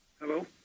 Hello